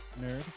nerd